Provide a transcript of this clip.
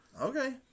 Okay